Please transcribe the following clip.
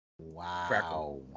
Wow